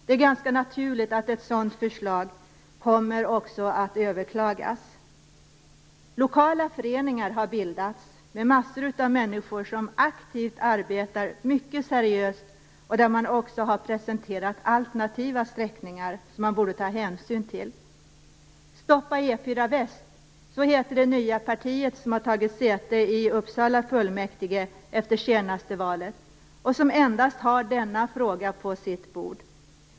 Det är ganska naturligt att ett sådant förslag kommer att överklagas. Lokala föreningar har bildats, med massor av människor som aktivt arbetar mycket seriöst och som också har presenterat alternativa sträckningar, som man borde ta hänsyn till. Stoppa E 4 Väst heter det nya parti som har tagit säte i Uppsala fullmäktige efter senaste valet och som endast har denna fråga på sitt bord.